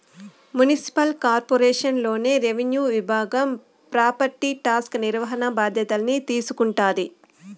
municipal corporation లోన revenue విభాగం property tax నిర్వహణ బాధ్యతల్ని తీసుకుంటాది